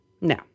No